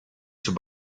sus